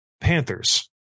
Panthers